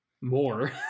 more